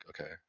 okay